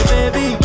Baby